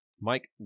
Mike